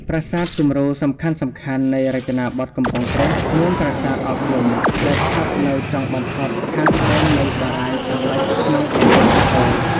ប្រាសាទគំរូសំខាន់ៗនៃរចនាបថកំពង់ព្រះមាន ប្រាសាទអកយំដែលស្ថិតនៅចុងបំផុតខាងត្បូងនៃបារាយណ៍ខាងលិចក្នុងតំបន់អង្គរ។